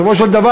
בסופו של דבר,